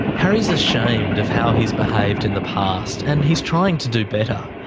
harry's ashamed of how he's behaved in the past, and he's trying to do better.